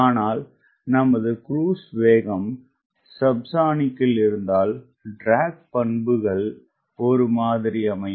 ஆனால்நமது cruise வேகம் subsonic இருந்தால்ட்ராக் பண்புகள்ஒரு மாதிரி அமையும்